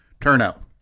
turnout